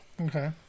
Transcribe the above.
Okay